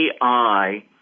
AI